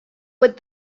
with